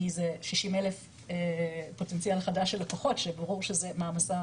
כי זה 60,000 פוטנציאל חדש של לקוחות שברור שזה מעמסה